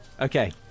Okay